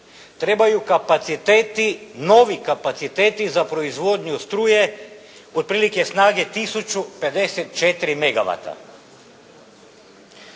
trebaju kapaciteti, novi kapaciteti za proizvodnju struje otprilike snagu 1054